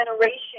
generation